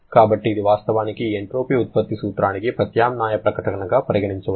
కాబట్టి ఇది వాస్తవానికి ఈ ఎంట్రోపీ ఉత్పత్తి సూత్రానికి ప్రత్యామ్నాయ ప్రకటనగా పరిగణించవచ్చు